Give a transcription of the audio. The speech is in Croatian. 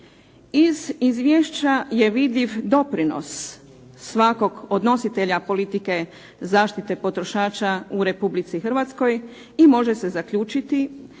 Iz izvješća je vidljiv doprinos svakog podnositelja politike zaštite potrošača u Republici Hrvatskoj i može se zaključiti